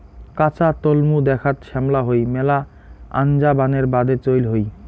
কাঁচা তলমু দ্যাখ্যাত শ্যামলা হই মেলা আনজা বানের বাদে চইল হই